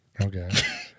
Okay